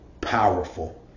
powerful